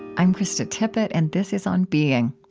i'm krista tippett, and this is on being.